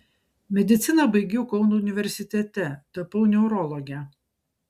mediciną baigiau kauno universitete tapau neurologe